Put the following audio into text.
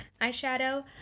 eyeshadow